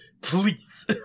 Please